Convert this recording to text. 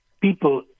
people